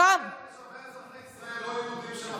יש הרבה אזרחי ישראל לא יהודים שהם